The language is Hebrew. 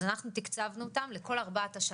אז אנחנו תקצבנו אותם לכל ארבעת השנים.